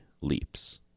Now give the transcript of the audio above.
leaps